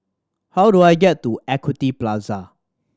how do I get to Equity Plaza